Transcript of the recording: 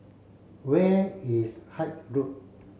where is Hythe Road